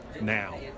now